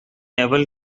able